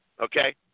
Okay